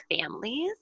families